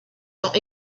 quand